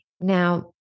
Now